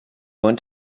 want